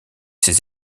ses